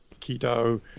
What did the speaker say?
keto